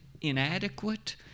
inadequate